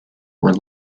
were